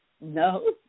No